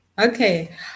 Okay